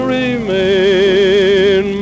remain